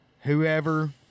whoever